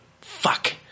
fuck